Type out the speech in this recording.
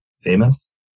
famous